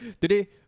today